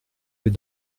vais